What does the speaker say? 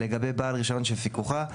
לגבי בעלי רישיון שבפיקוחה,